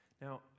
Now